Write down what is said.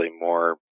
more